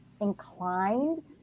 inclined